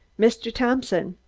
mr. thompson.